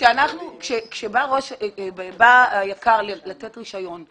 כשבא היק"ר לתת רישיון,